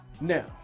Now